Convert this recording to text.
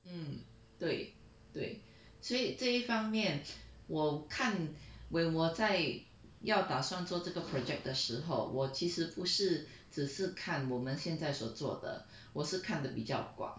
mm 对对所以这一方面我看 when 我在要打算做这个 project 的时候我其实不是只是看我们现在所做的我是看得比较广